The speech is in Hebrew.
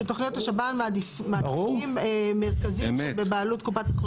שתכניות השב"ן מעדיפים מרכזים שהם בבעלות קופת חולים.